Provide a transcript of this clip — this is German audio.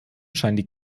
scheinen